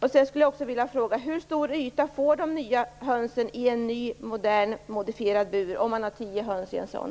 Hur stor yta får de nya hönsen i en ny, modern och modifierad bur om man har tio höns i en sådan?